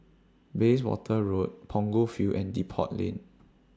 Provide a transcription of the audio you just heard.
Bayswater Road Punggol Field and Depot Lane